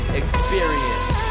experience